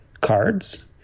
cards